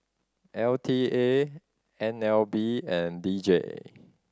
L T A N L B and D J